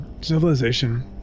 civilization